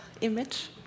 image